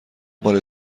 مال